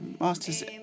master's